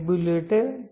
tabulated